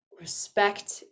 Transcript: respect